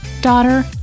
daughter